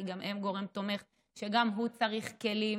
כי גם הם גורם תומך וגם הוא צריך כלים